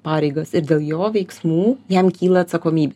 pareigas ir dėl jo veiksmų jam kyla atsakomybė